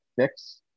fix